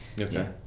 Okay